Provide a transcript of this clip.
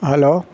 hello